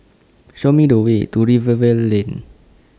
Show Me The Way to Rivervale Lane